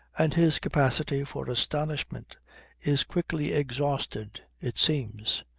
and his capacity for astonishment is quickly exhausted, it seems.